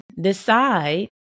decide